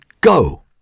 go